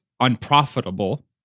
unprofitable